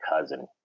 cousin